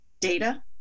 data